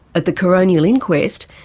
at the coronial inquest,